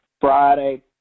Friday